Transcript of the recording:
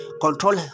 Control